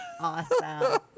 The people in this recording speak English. awesome